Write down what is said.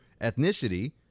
ethnicity